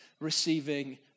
receiving